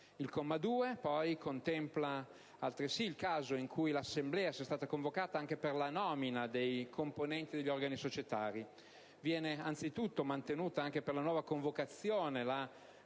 Il comma 2 contempla altresì il caso in cui l'assemblea sia stata convocata anche per la nomina dei componenti degli organi societari. Viene anzitutto mantenuta anche per la nuova convocazione la